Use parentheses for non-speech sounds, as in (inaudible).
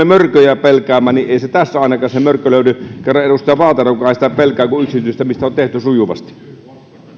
(unintelligible) mörköjä pelkäämään niin ei se mörkö tästä ainakaan löydy kerran edustaja paaterokaan ei sitä pelkää kun yksityistämistä on tehty sujuvasti